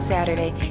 Saturday